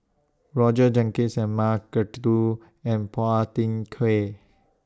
Roger Jenkins M Karthigesu and Phua Thin Kiay